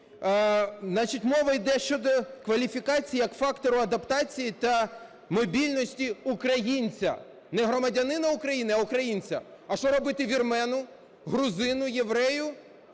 мова йде щодо кваліфікації як фактору адаптації та мобільності українця. Не громадянина України, а українця. А що робити вірмену, грузину, єврею?